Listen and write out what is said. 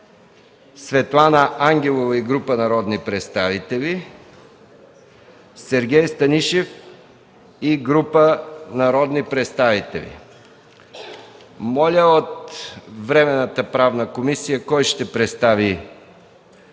Светлана Ангелова и група народни представители; Сергей Станишев и група народни представители. От Временната правна комисия кой ще представи